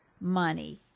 money